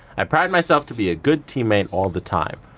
i pride myself to be a good teammate all the time,